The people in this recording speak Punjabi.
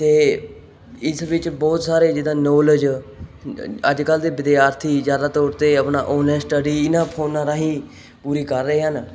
ਅਤੇ ਇਸ ਵਿੱਚ ਬਹੁਤ ਸਾਰੇ ਜਿੱਦਾਂ ਨੋਲਜ ਅੱਜ ਕੱਲ੍ਹ ਦੇ ਵਿਦਿਆਰਥੀ ਜ਼ਿਆਦਾ ਤੌਰ 'ਤੇ ਆਪਣਾ ਓਨਲਾਈਨ ਸਟੱਡੀ ਇਹਨਾਂ ਫੋਨਾਂ ਰਾਹੀਂ ਪੂਰੀ ਕਰ ਰਹੇ ਹਨ